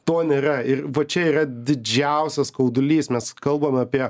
to nėra ir va čia ir yra didžiausias skaudulys mes kalbame apie